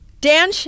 Dan